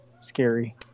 Scary